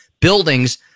buildings